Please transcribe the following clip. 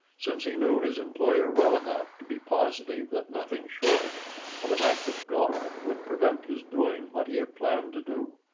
since he knew his employer well enough to be positive that nothing short of an act of god would prevent his doing what he had planned to do.